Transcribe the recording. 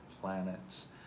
planets